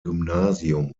gymnasiums